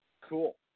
Cool